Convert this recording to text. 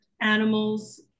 animals